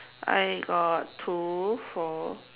I got two four